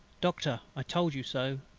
doctor, i told you so.